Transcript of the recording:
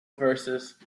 verses